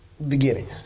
Beginning